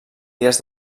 dies